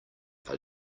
are